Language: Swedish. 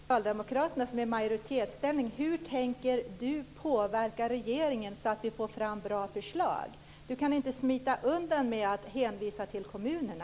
Herr talman! Eftersom socialdemokraterna är i majoritetsställning vill jag fråga Siw Wittgren-Ahl hur hon tänker påverka regeringen så att vi får fram bra förslag. Det går inte att smita undan med att hänvisa till kommunerna.